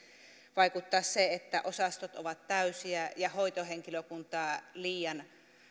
vaikuttaa se että osastot ovat täysiä ja hoitohenkilökuntaa on liian